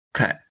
Okay